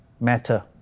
matter